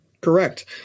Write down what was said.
Correct